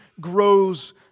grows